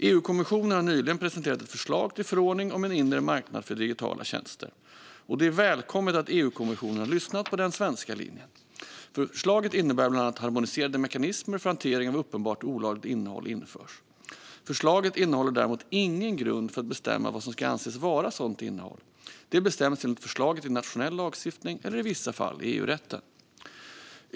EU-kommissionen har nyligen presenterat ett förslag till förordning om en inre marknad för digitala tjänster, och det är välkommet att EU-kommissionen har lyssnat på den svenska linjen. Förslaget innebär bland annat att harmoniserade mekanismer för hantering av uppenbart olagligt innehåll införs. Förslaget innehåller däremot ingen grund för att bestämma vad som ska anses vara sådant innehåll. Detta bestäms enligt förslaget i nationell lagstiftning eller, i vissa fall, i EU-rätten.